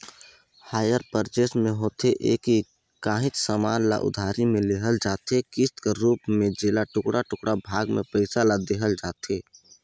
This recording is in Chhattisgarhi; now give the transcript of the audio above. हायर परचेस में होथे ए कि काहींच समान ल उधारी में लेहल जाथे किस्त कर रूप में जेला टुड़का टुड़का भाग में पइसा ल देहल जाथे